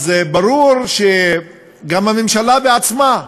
אז ברור שגם הממשלה בעצמה,